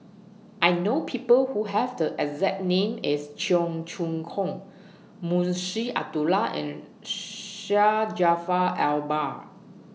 I know People Who Have The exact name as Cheong Choong Kong Munshi Abdullah and Syed Jaafar Albar